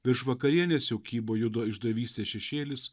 virš vakarienės jau kybo judo išdavystės šešėlis